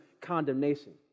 condemnation